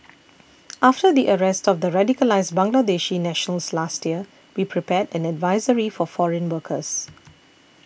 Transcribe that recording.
after the arrest of the radicalised Bangladeshi nationals last year we prepared an advisory for foreign workers